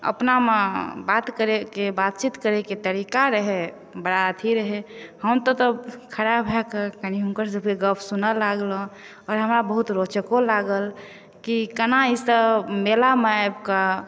अपनामे बात करैके बातचीत करैके तरीका रहै बड़ा अथी रहै हम तऽ तब खड़ा भए कऽ कनि हुनकर सभकेँ गप सुनऽ लागलहुँ आओर हमरा बहुत रोचको लागल कि केना ई सब मेलामे आबि कऽ